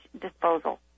disposal